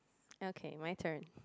okay my turn